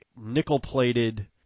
nickel-plated